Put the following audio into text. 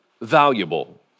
valuable